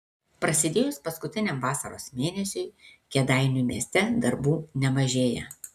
prasidėjus paskutiniam vasaros mėnesiui kėdainių mieste darbų nemažėja